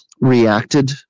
reacted